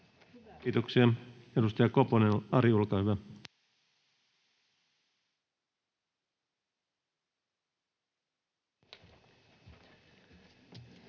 Kiitoksia. — Edustaja Koponen, Ari, olkaa hyvä. [Speech